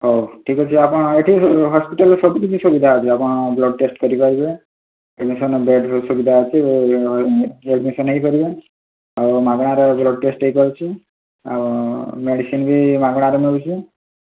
ହେଉ ଠିକ୍ ଅଛି ଆପଣ ଏଠି ହସ୍ପିଟାଲ୍ରେ ସବୁ କିଛି ସୁବିଧା ଅଛି ଆପଣ ବ୍ଲଡ଼୍ ଟେଷ୍ଟ୍ କରିପାରିବେ ବେଡ଼ର ସୁବିଧା ଅଛି ଆଡ଼ମିସନ୍ ହୋଇପାରିବେ ଆଉ ମାଗଣାରେ ବ୍ଲଡ଼୍ ଟେଷ୍ଟ୍ ହୋଇପାରୁଛି ଆଉ ମେଡ଼ିସିନ୍ ବି ମାଗଣାରେ ମିଳୁଛି